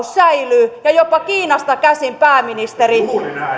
säilyy ja jopa kiinasta käsin pääministeri